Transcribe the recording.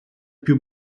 più